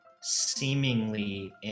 seemingly